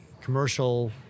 commercial